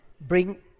bring